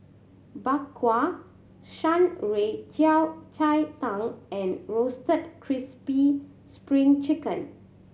Bak Kwa Shan Rui Yao Cai Tang and Roasted Crispy Spring Chicken